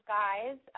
guys